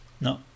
no